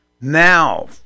Now